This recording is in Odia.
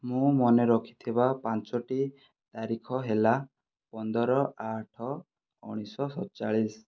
ମୁଁ ମନେରଖିଥିବା ପାଞ୍ଚଟି ତାରିଖ ହେଲା ପନ୍ଦର ଆଠ ଉଣେଇଶ ସତଚାଳିଶ